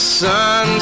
sun